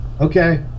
Okay